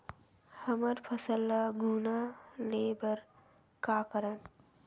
हमर फसल ल घुना ले बर का करन?